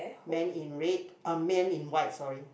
man in red uh man in white sorry